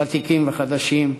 ותיקים וחדשים,